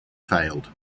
failed